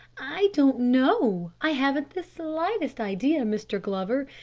i don't know. i haven't the slightest idea, mr. glover.